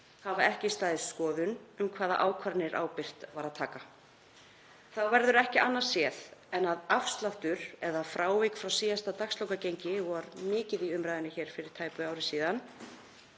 hafa ekki staðist skoðun um hvaða ákvarðanir ábyrgt var að taka. Þá verður ekki annað séð en að „afsláttur“ eða frávik frá síðasta dagslokagengi, og var mikið í umræðunni fyrir tæpu ári síðan,